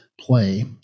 play